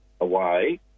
away